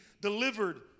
delivered